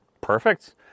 Perfect